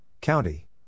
County